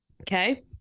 Okay